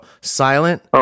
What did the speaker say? silent